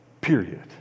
period